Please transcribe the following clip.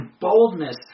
boldness